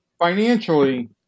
financially